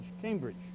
Cambridge